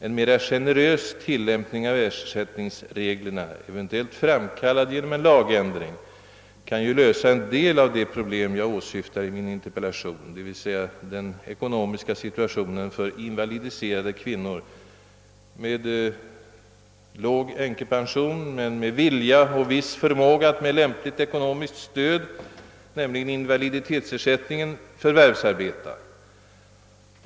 En mera generös tillämpning av ersättningsreglerna — eventuellt framkallad genom en lagändring — kan ju lösa en del av det problem jag åsyftar i min interpellation, d.v.s. den ekonomiska situationen för invalidiserade kvinnor med låg änkepension men med vilja och viss förmåga att med lämpligt ekonomiskt stöd, nämligen invaliditetsersättningen, förvärvsarbeta.